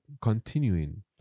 continuing